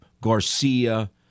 Garcia